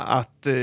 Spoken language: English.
att